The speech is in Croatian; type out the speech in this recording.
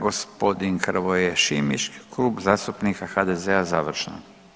Gospodin Hrvoje Šimić, Klub zastupnika HDZ-a završno.